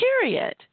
period